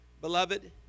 Beloved